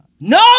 No